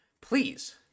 please